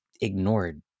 ignored